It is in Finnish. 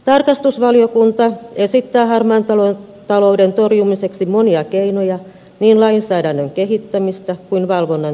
tarkastusvaliokunta esittää harmaan talouden torjumiseksi monia keinoja niin lainsäädännön kehittämistä kuin valvonnan tehostamista